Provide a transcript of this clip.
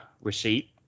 receipt